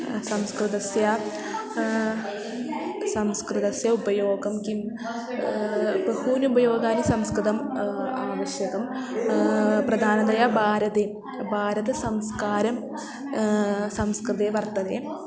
संस्कृतस्य संस्कृतस्य उपयोगं किं बहूनि उपयोगानि संस्कृतम् आवश्यकं प्रधानतया भारते भारतसंस्कारं संस्कृते वर्तते